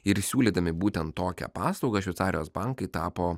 ir siūlydami būtent tokią paslaugą šveicarijos bankai tapo